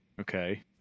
Okay